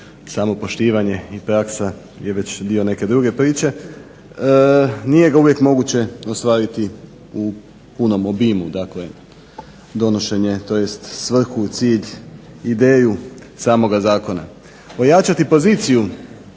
samo poštivanje i praksa je već dio neke druge priče. Nije ga uvijek moguće ostvariti u punom obimu dakle donošenje tj. svrhu, cilj, ideju samoga zakona. Pojačati poziciju